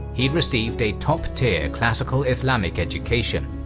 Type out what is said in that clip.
he received a top-tier classical islamic education.